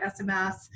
SMS